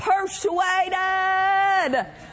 persuaded